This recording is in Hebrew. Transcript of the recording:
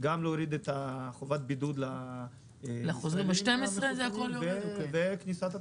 אני מבקש גם להוריד חובת בידוד לחוזרים וגם כניסת תיירים.